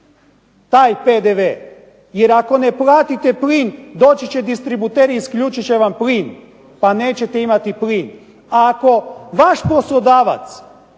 taj PDV. Jer ako ne platite plin doći će distributeri pa će vam isključiti plin, pa neće imati plin. Ako vas vaš poslodavac